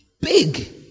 Big